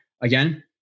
again